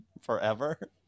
forever